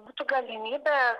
būtų galimybė